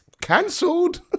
Cancelled